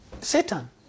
Satan